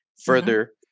further